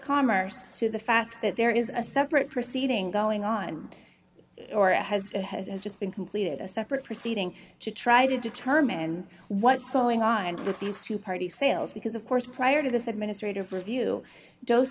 commerce to the fact that there is a separate proceeding going on or a husband has just been completed a separate proceeding to try to determine what's going on with these two party sales because of course prior to this administrative review dose